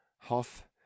Hoff